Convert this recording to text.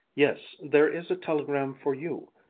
yes, there is a telegram for you,